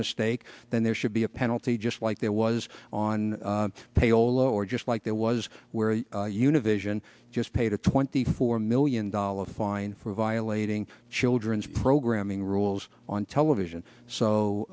mistake then there should be a penalty just like there was on payroll or just like there was where univision just paid a twenty four million dollars fine for violating children's programming rules on television so